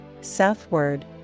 southward